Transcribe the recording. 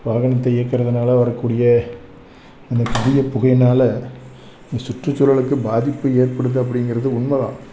வாகனத்தை இயக்குறதுனால வரக்கூடிய அந்த அதிக புகையினால இந்த சுற்றுசூழலுக்கு பாதிப்பு ஏற்படுது அப்படிங்கறது உண்மைதான்